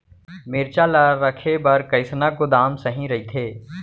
मिरचा ला रखे बर कईसना गोदाम सही रइथे?